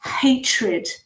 hatred